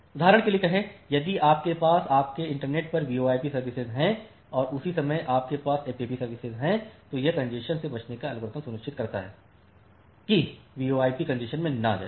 उदाहरण के लिए कहें यदि आपके पास आपके इंटरनेट पर वीओआईपी सर्विसएं हैं और उसी समय आपके पास एफ़टीपी सर्विसएं हैं तो यह कॅन्जेशन से बचने का एल्गोरिथ्म सुनिश्चित करता है कि वीओआईपी कॅन्जेशन में न आए